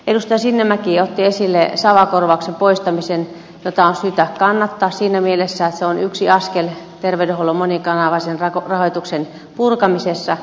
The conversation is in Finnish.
edustaja sinnemäki otti esille savakorvauksen poistamisen jota on syytä kannattaa siinä mielessä että se on yksi askel terveydenhuollon monikanavaisen rahoituksen purkamisessa